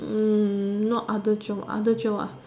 no other job other job